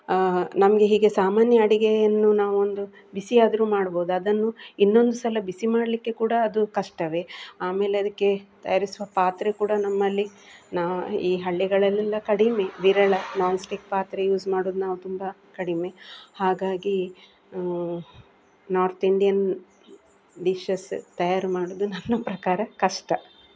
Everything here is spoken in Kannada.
ನಮಗೆ ಹೀಗೆ ಸಾಮಾನ್ಯ ಅಡುಗೆಯನ್ನು ನಾವೊಂದು ಬಿಸಿಯಾದರೂ ಮಾಡ್ಬೋದು ಅದನ್ನು ಇನ್ನೊಂದು ಸಲ ಬಿಸಿ ಮಾಡಲಿಕ್ಕೆ ಕೂಡ ಅದು ಕಷ್ಟವೇ ಆಮೇಲೆ ಅದಕ್ಕೆ ತಯಾರಿಸುವ ಪಾತ್ರೆ ಕೂಡ ನಮ್ಮಲ್ಲಿ ನಾನು ಈ ಹಳ್ಳಿಗಳಲ್ಲೆಲ್ಲ ಕಡಿಮೆ ವಿರಳ ನೋನ್ ಸ್ಟಿಕ್ ಪಾತ್ರೆ ಯೂಸ್ ಮಾಡೋದು ನಾವು ತುಂಬ ಕಡಿಮೆ ಹಾಗಾಗಿ ನಾರ್ತ್ ಇಂಡಿಯನ್ ಡಿಶಸ್ ತಯಾರು ಮಾಡೋದು ನನ್ನ ಪ್ರಕಾರ ಕಷ್ಟ